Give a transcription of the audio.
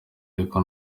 ariko